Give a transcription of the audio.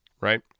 right